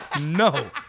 no